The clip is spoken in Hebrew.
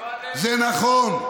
זה נכון,